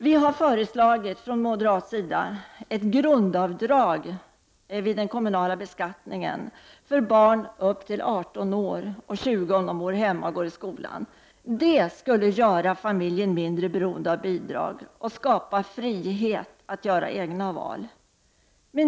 Vi har från moderat sida föreslagit ett grundavdrag vid den kommunala beskattningen för barn upp till 18 år — och 20 år om de bor hemma och går i skolan. Det skulle göra familjen mindre beroende av bidrag och skapa frihet att göra egna val.